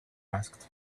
asked